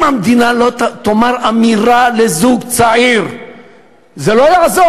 אם המדינה לא תאמר אמירה לזוג צעיר זה לא יעזור,